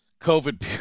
COVID